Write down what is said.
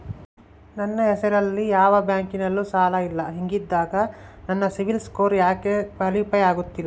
ನನ್ನ ಹೆಸರಲ್ಲಿ ಯಾವ ಬ್ಯಾಂಕಿನಲ್ಲೂ ಸಾಲ ಇಲ್ಲ ಹಿಂಗಿದ್ದಾಗ ನನ್ನ ಸಿಬಿಲ್ ಸ್ಕೋರ್ ಯಾಕೆ ಕ್ವಾಲಿಫೈ ಆಗುತ್ತಿಲ್ಲ?